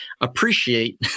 appreciate